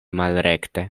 malrekte